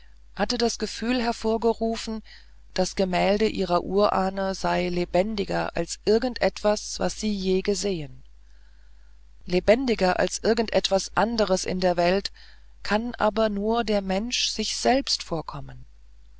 hatte das gefühl hervorgerufen das gemälde ihrer urahne sei lebendiger als irgend etwas was sie je gesehen lebendiger als irgend etwas anderes in der welt kann aber nur der mensch sich selbst vorkommen